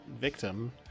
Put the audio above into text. victim